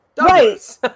right